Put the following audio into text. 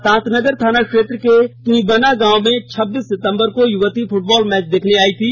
तांतनगर थाना क्षेत्र के तुंईबना गांव में छब्बीस सितंबर को युवती फुटबॉल मैच देखने आई थी